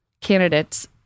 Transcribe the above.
candidates